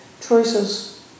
choices